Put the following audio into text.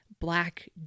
black